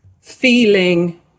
feeling